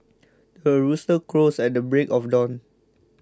the rooster crows at the break of dawn